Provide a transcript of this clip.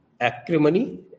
acrimony